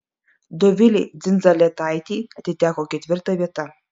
dovilei dzindzaletaitei atiteko ketvirta vieta